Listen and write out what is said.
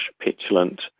petulant